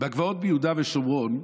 בגבעות ביהודה ושומרון,